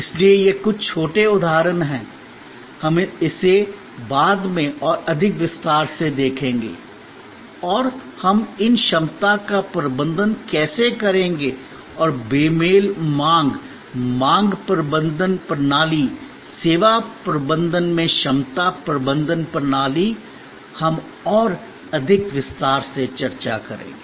इसलिए ये कुछ छोटे उदाहरण हैं हम इसे बाद में और अधिक विस्तार से देखेंगे और हम इन क्षमता का प्रबंधन कैसे करेंगे और बेमेल मांग मांग प्रबंधन प्रणाली सेवा प्रबंधन में क्षमता प्रबंधन प्रणाली हम और अधिक विस्तार से चर्चा करेंगे